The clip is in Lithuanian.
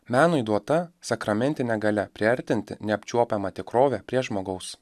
menui duota sakramentinė galia priartinti neapčiuopiamą tikrovę prie žmogaus